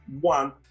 one